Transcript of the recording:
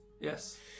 Yes